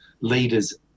leaders